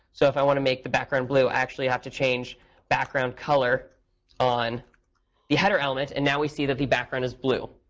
so if i want to make the background blue, i actually have to change background color on the header element. and now we see that the background is blue.